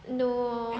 no